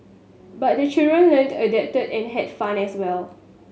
but the children learnt adapted and had fun as well